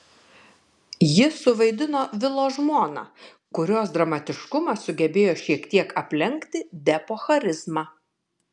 ji suvaidino vilo žmoną kurios dramatiškumas sugebėjo šiek tiek aplenkti depo charizmą